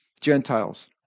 Gentiles